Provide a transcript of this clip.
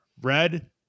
red